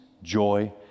joy